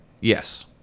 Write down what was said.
yes